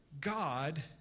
God